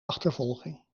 achtervolging